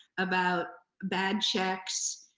about bad checks,